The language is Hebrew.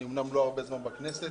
אני אומנם לא הרבה זמן בכנסת,